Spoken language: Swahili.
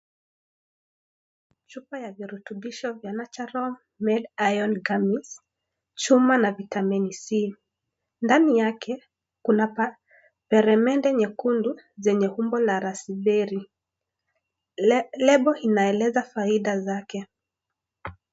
Chupaya virutubisho ya Natural made Iron gummies chuma na vitamini C ndani yake kuna peremende nyekundu zenye umbo la raspberry . Lebo inaeleza faida zake .